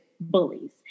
bullies